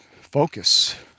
focus